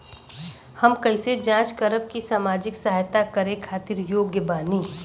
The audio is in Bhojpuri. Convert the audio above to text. हम कइसे जांच करब की सामाजिक सहायता करे खातिर योग्य बानी?